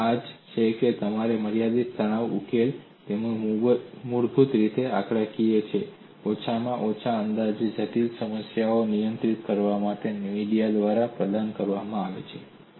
અને આ તે છે જ્યા તમારા મર્યાદિત તત્વ ઉકેલો જે મૂળભૂત રીતે આંકડાકીય હોય છે ઓછામાં ઓછા અંદાજે જટિલ સીમાઓને નિયંત્રિત કરવા માટે મીડિયા દ્વારા પ્રદાન કરવામાં આવે છે